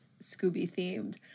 Scooby-themed